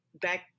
back